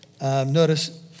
Notice